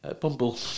bumble